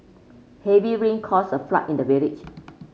heavy rain caused a flood in the village